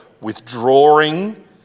withdrawing